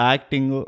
Acting